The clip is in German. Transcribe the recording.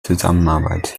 zusammenarbeit